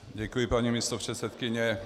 Děkuji, paní místopředsedkyně.